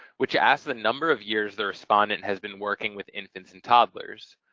which asks the number of years the respondent has been working with infants and toddlers.